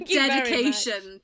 dedication